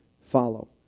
follow